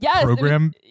program